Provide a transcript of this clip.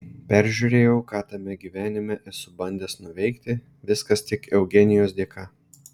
peržiūrėjau ką tame gyvenime esu bandęs nuveikti viskas tik eugenijos dėka